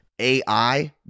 AI